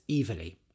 evilly